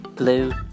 blue